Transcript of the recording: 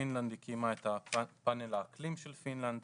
פינלנד הקימה את פאנל האקלים של פינלנד.